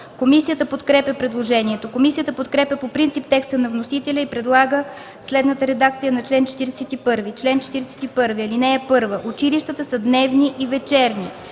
Комисията подкрепя предложението. Комисията подкрепя по принцип текста на вносителя и предлага следната редакция на чл. 41: „Чл. 41. (1) Училищата са дневни и вечерни.